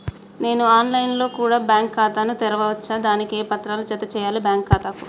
నేను online లో కూడా బ్యాంకు ఖాతా ను తెరవ వచ్చా? దానికి ఏ పత్రాలను జత చేయాలి బ్యాంకు ఖాతాకు?